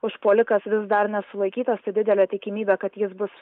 užpuolikas vis dar nesulaikytas tai didelė tikimybė kad jis bus